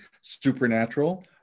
supernatural